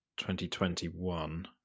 2021